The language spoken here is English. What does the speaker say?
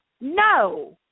No